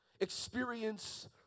Experience